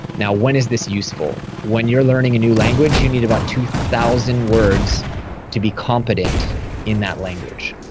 now, when is this useful? when you're learning a new language, you need about two thousand words to be competent in that language.